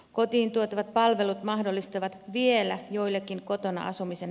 kotiin tuotavat palvelut mahdollistavat vielä joillekin kotona asumisen